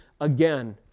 again